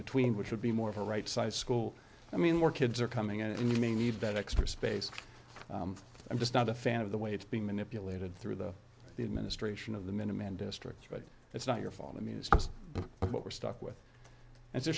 between which would be more of a right side school i mean more kids are coming in and you may need better extra space i'm just not a fan of the way it's being manipulated through the administration of the minuteman district but it's not your fault i mean it's just what we're stuck with